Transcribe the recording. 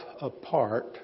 apart